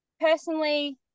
personally